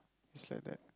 is like that